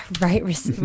Right